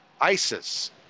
ISIS